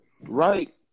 Right